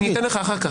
אתן לך אחר כך.